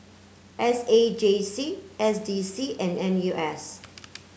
S A J C S D C and N U S